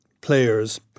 players